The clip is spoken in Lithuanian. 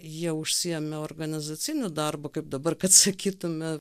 jie užsiėmė organizaciniu darbu kaip dabar sakytume